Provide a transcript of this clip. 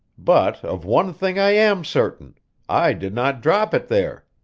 but of one thing i am certain i did not drop it there.